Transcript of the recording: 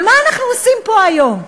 אבל מה אנחנו עושים פה היום?